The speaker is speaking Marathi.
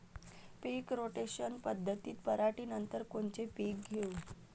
पीक रोटेशन पद्धतीत पराटीनंतर कोनचे पीक घेऊ?